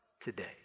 today